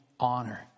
honor